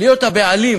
להיות הבעלים